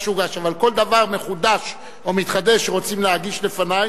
אבל כל דבר מחודש או מתחדש שרוצים להגיש לפני,